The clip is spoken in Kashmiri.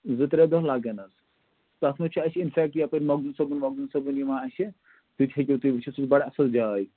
زٕ ترٛےٚ دۄہ لَگَن حظ تَتھ منٛز چھِ اَسہِ اِن فٮ۪کٹ یَپٲرۍ مَخدوٗم صٲبُن وخدوٗم صٲبُن یِوان اَسہِ سُہ تہِ ہیٚکِو تُہۍ وٕچھِتھ سُہ چھِ بَڑٕ اَصٕل جاے